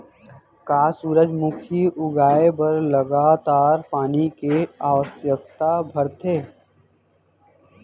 का सूरजमुखी उगाए बर लगातार पानी के आवश्यकता भरथे?